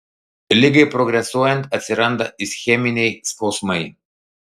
ligai progresuojant atsiranda ischeminiai skausmai